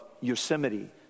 Yosemite